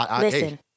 Listen